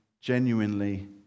genuinely